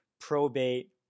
probate